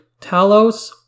Talos